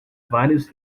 vários